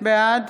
בעד